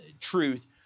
truth